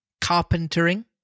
carpentering